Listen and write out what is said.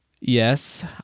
yes